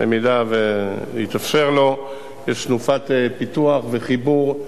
במידה שיתאפשר לו, יש תנופת פיתוח וחיבור,